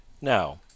Now